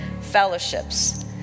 fellowships